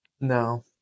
no